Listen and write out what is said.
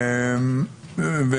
לתאר את המצב הקיים.